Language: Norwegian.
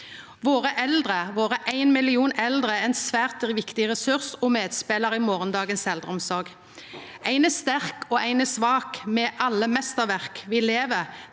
våre ein million eldre – er ein svært viktig ressurs og medspelar i morgondagens eldreomsorg. «En er svak og en er sterk, vi er alle mesterverk – vi lever»,